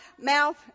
mouth